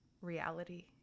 reality